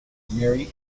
mary